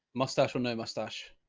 mustache will know mustache.